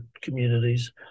communities